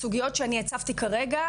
הסוגיות שאני הצבתי כרגע,